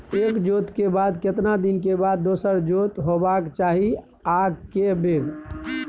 एक जोत के बाद केतना दिन के बाद दोसर जोत होबाक चाही आ के बेर?